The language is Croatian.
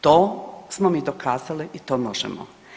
To smo mi dokazali i to možemo.